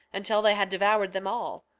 until they had devoured them all.